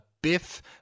Biff